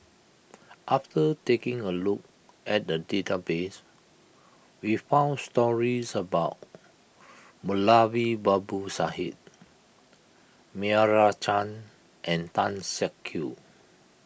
after taking a look at the database we found stories about Moulavi Babu Sahib Meira Chand and Tan Siak Kew